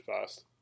fast